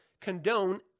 condone